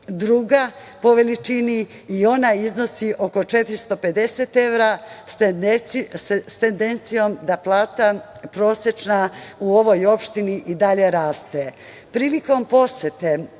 druga po veličini i ona iznosi oko 450 evra, s tendencijom da plata prosečna u ovoj opštini i dalje